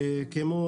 כמו